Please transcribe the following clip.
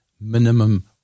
minimum